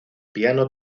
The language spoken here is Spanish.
piano